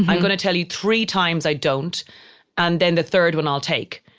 i'm gonna tell you three times i don't and then the third one i'll take.